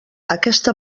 aquesta